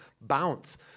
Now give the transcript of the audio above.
bounce